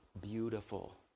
beautiful